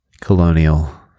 colonial